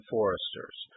Foresters